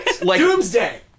Doomsday